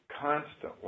constantly